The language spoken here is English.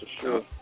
sure